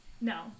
no